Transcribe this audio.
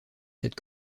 cette